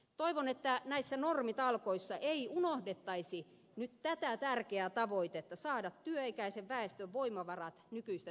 toivon että näissä normitalkoissa ei unohdettaisi nyt tätä tärkeää tavoitetta saada työikäisen väestön voimavarat nykyistä tehokkaampaan käyttöön